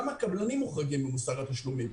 גם הקבלנים מוחרגים ממוסר התשלומים.